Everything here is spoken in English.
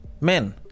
Men